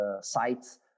sites